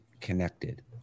connected